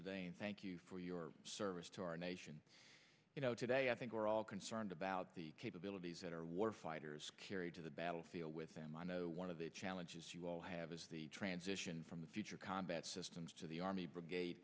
today and thank you for your service to our nation you know today i think we're all concerned about the capabilities that our war fighters carried to the battlefield with them i know one of the challenges you all have is the transition from the future combat systems to the army brigade